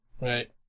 Right